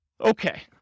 Okay